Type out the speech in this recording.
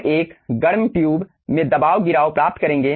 हम एक गर्म ट्यूब में दबाव गिराव प्राप्त करेंगे